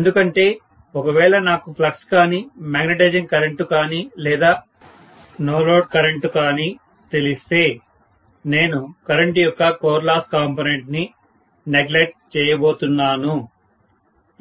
ఎందుకంటే ఒకవేళ నాకు ఫ్లక్స్ కానీ మాగ్నెటైజింగ్ కరెంటు కానీ లేదా నో లోడ్ కరెంటు కానీ తెలిస్తే నేను కరెంటు యొక్క కోర్ లాస్ కాంపొనెంట్ ని నెగ్లెక్ట్ చేయబోతున్నాను